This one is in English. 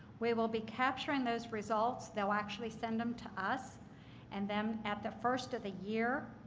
we will be capturing those results. they'll actually send them to us and then at the first of the year,